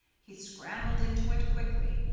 he scrambled into it quickly,